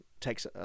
takes